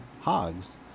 hogs